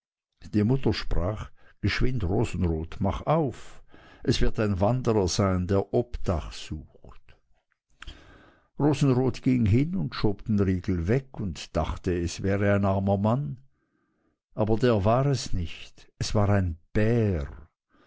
die mutter sprach geschwind rosenrot mach auf es wird ein wanderer sein der obdach sucht rosenrot ging und schob den riegel weg und dachte es wäre ein armer mann aber der war es nicht es war ein bär